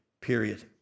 period